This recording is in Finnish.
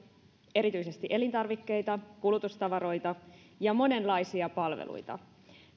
erityisesti elintarvikkeita kulutustavaroita ja monenlaisia palveluita